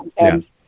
Yes